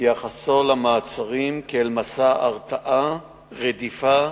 בהתייחסו למעצרים כאל מסע הרתעה, רדיפה,